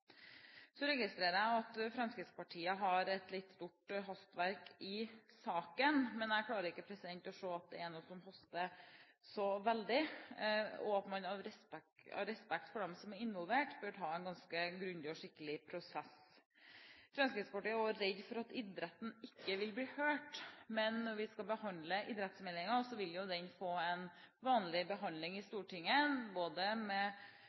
Så registrerer jeg at Fremskrittspartiet har et stort hastverk i saken, men jeg klarer ikke å se at det er noe som haster så veldig. Av respekt for dem som er involvert, bør man ha en ganske grundig og skikkelig prosess. Fremskrittspartiet er også redd for at idretten ikke vil bli hørt, men når vi skal behandle idrettsmeldingen, vil jo den få en vanlig behandling i Stortinget, med mulighet for å diskutere med